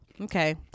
Okay